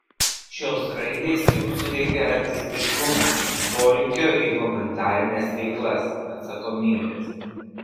šios raidės jums suteikia artistiškumo polinkio į humanitarines veiklas atsakomybės